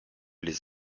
les